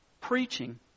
Preaching